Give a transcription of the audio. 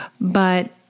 But-